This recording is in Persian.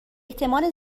احتمال